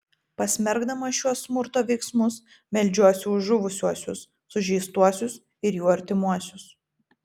pasmerkdamas šiuos smurto veiksmus meldžiuosi už žuvusiuosius sužeistuosius ir jų artimuosius